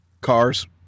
Cars